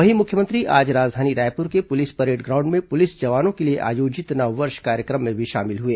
वहीं मुख्यमंत्री आज राजधानी रायपुर के पुलिस परेड ग्राउंड में पुलिस जवानों के लिए आयोजित नववर्ष कार्यक्रम में भी शामिल हुए